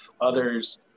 others